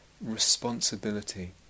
responsibility